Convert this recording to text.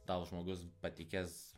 tau žmogus patikės